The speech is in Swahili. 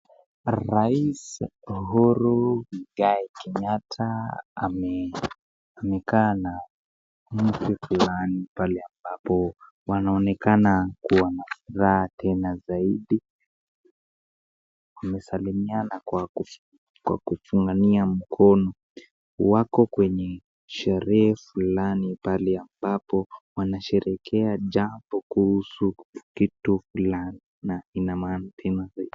Rais Uhuru Muigai Kenyatta amekaa na mke fulani pale amapo wanaonekana kuwa na furaha tena zaidi, wamesalimiana kwa kufungania mkono wako kwenye sherehe fulani pale ambapo wanasherehekea jambo kuhusu kitu fulani.